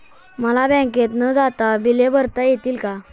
मला बँकेत न जाता बिले भरता येतील का?